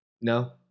No